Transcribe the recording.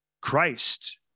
Christ